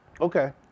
Okay